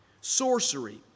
sorcery